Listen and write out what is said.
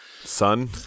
son